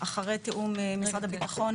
אחרי תיאום משרד הביטחון,